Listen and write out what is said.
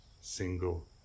single